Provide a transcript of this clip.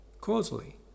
causally